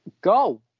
Go